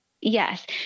Yes